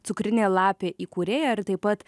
cukrinė lapė įkūrėja ir taip pat